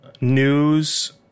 news